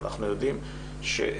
אנחנו יודעים שגישה,